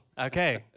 Okay